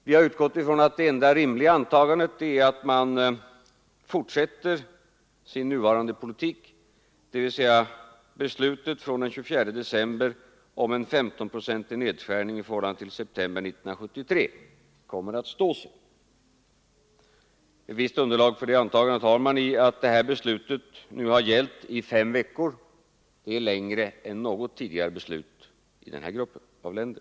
Vi hade utgått från att det enda rimliga antagandet är att de fortsätter sin nuvarande politik, dvs. att beslutet från den 24 december om en 1S5-procentig nedskärning i förhållande till september 1973 kommer att stå sig. Ett visst underlag för det antagandet har man i att detta beslut nu gällt i fem veckor; det är längre än något tidigare beslut i den här gruppen av länder.